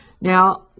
Now